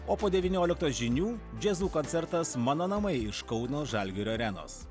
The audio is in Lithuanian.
o po devynioliktos žinių džezu koncertas mano namai iš kauno žalgirio arenos